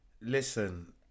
Listen